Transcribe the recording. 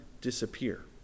disappear